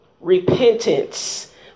repentance